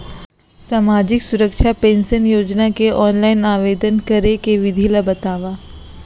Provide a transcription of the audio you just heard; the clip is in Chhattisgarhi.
सामाजिक सुरक्षा पेंशन योजना के ऑनलाइन आवेदन करे के विधि ला बतावव